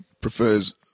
prefers